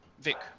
Vic